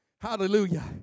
Hallelujah